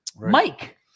Mike